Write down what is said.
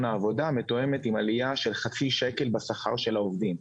העבודה מתואמת עם עלייה של חצי שקל בשכר העובדים.